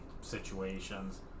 situations